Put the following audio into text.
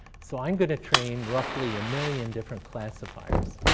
so i'm going to train roughly a million different classifiers.